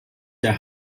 der